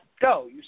go